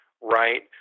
right